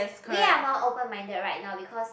we are more open minded right now because